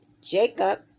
Jacob